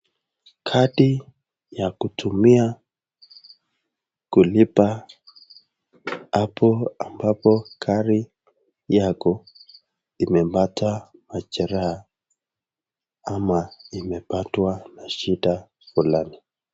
Kadi ya kutumia kulipa hapo ambapo gari yako imepata majeraha ama imepatwa na shida fulani.